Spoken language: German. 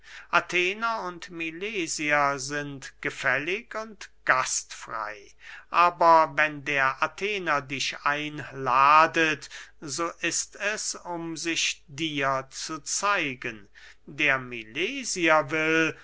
athener und milesier sind gesellig und gastfrey aber wenn der athener dich einladet so ist es um sich dir zu zeigen der milesier will